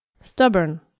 Stubborn